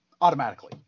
automatically